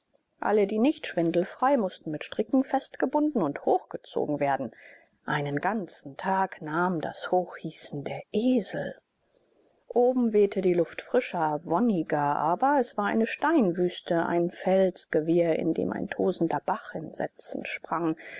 alle die nicht schwindelfrei mußten mit stricken festgebunden und hochgezogen werden einen ganzen tag nahm das hochhissen der esel oben wehte die luft frischer wonniger aber es war eine steinwüste ein felsgewirr in dem ein tosender bach in sätzen sprang